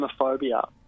Homophobia